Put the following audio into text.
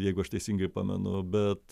jeigu aš teisingai pamenu bet